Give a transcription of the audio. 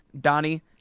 donnie